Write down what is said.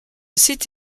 site